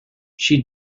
she